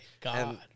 God